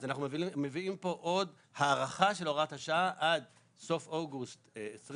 אז אנחנו מביאים פה עוד הארכה של הוראת השעה עד סוף אוגוסט 2023,